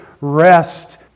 rest